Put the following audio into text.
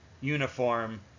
uniform